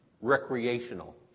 recreational